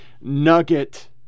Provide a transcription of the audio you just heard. nugget